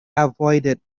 avoided